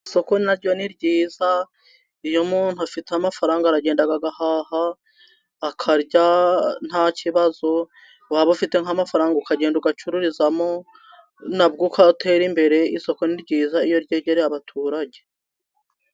Isoko na ryo ni ryiza. Iyo umuntu afite amafaranga, aragenda agahaha, akarya nta kibazo. Waba ufite nk’amafaranga, ukagenda ugacururizamo, na bwo ugatera imbere. Isoko ni ryiza iyo ryegereye abaturage.